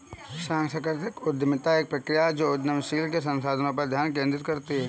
सांस्कृतिक उद्यमिता एक प्रक्रिया है जो उद्यमशीलता के संसाधनों पर ध्यान केंद्रित करती है